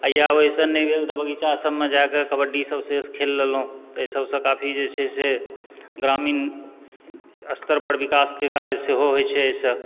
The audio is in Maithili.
या ओहिसँ नहि भेल तऽ बगीचा सबमे जाए कऽ कबड्डी सबसँ खेल लेलहुँ तऽ एहि सबसँ काफी जे छै ग्रामीण स्तर पर विकासके कार्य सेहो होइत छै एहिसँ